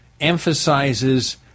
emphasizes